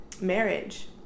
marriage